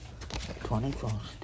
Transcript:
21st